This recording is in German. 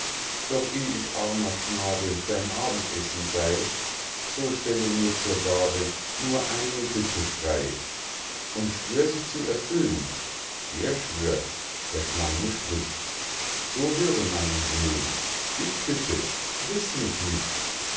doch eh ich armer knabe dein abendessen sey so stelle mir zur gabe nur eine bitte frei und schwör sie zu erfüllen er schwört der kleine spricht so höre meinen willen ich bitte friß mich nicht